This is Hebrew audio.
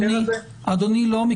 לא,